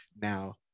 Now